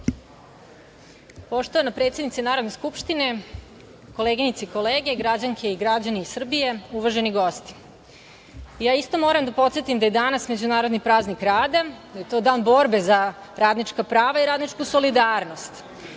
Poštovana predsednice Narodne skupštine, koleginice i kolege, građanke i građani Srbije, uvaženi gosti, ja isto moram da podsetim da je danas međunarodni praznik rada, da je to dan borbe za radnička prava i radničku solidarnost.